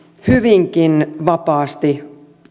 hyvinkin vapaasti